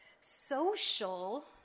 Social